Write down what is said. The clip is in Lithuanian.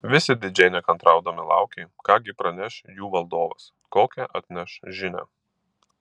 visi didžiai nekantraudami laukė ką gi praneš jų valdovas kokią atneš žinią